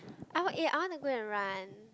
I wan~ eh I want to go and run